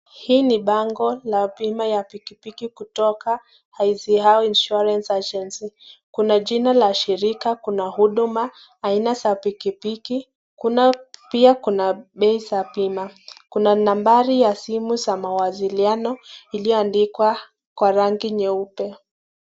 Hii ni bango la bima ya pikipiki kutoka Anziano insurance agency, kuna jina ya shirika, kuna huduma aina za pikipiki kuna pia bei za bima, kuna nambari za simu ya mawasiliano iliyoandikwa kwa rangi nyeupe.